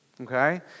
Okay